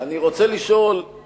אני רוצה לשאול,